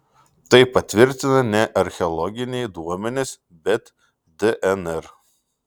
tai patvirtina ne archeologiniai duomenys bet dnr